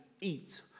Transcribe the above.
eat